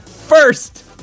First